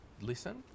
listen